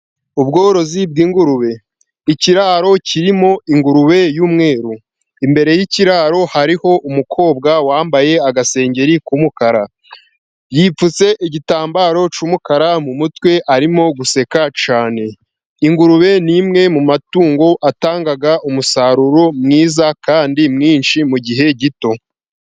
Ubworozi bwingurube ikiraro kirimo ingurube y'umweru. Imbere yikiraro hariho umukobwa wambaye agasengeri k'umukara yipfutse igitambaro cy'umukara mu mutwe arimo guseka cyane. Ingurube nimwe mu matungo atanga umusaruro mwiza kandi mwinshi mugihe gito.